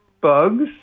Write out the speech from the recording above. bugs